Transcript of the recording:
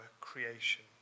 creation